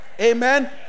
Amen